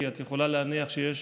כי את יכולה להניח שיש